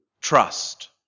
trust